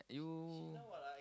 you